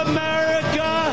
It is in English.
America